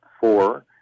four